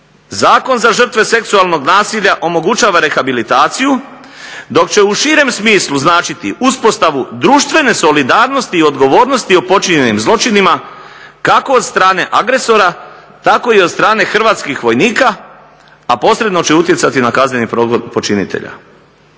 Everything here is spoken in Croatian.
"zakon za žrtve seksualnog nasilja omogućava rehabilitaciju, dok će u širem smislu značiti uspostavu društvene solidarnosti i odgovornosti o počinjenim zločinima, kako od strane agresora tako i od strane hrvatskih vojnika, a posredno će utjecati na kazneni progon počinitelja.